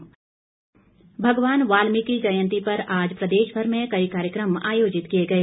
वाल्मीकि जयंती भगवान वाल्मीकि जयंती पर आज प्रदेशभर में कई कार्यकम आयोजित किए गए